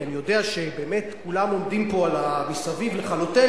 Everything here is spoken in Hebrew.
כי אני יודע שבאמת כולם עומדים פה מסביב לכלותנו,